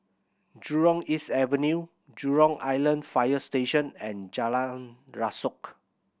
Jurong East Avenue Jurong Island Fire Station and Jalan Rasok